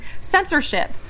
censorship